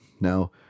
Now